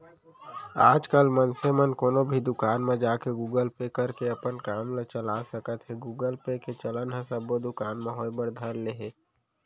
आजकल मनसे मन कोनो भी दुकान म जाके गुगल पे करके अपन काम ल चला सकत हें गुगल पे के चलन ह सब्बो दुकान म होय बर धर ले हे